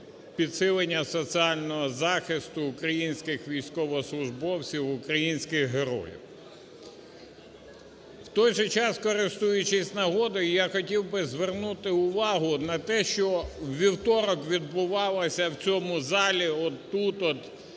підсилення соціального захисту українських військовослужбовців, українських героїв. У той же час, користуючись нагодою, я хотів би звернути увагу на те, що у вівторок відбувалася в цьому залі от тут от